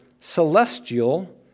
celestial